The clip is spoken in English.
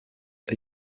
are